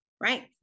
right